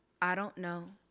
i don't know.